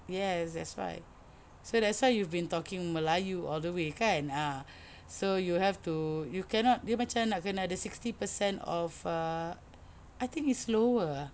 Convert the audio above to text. yes that's right so that's why you've been talking melayu all the way kan ah so you have to you cannot dia macam nak kena ada sixty percent of uh I think it's lower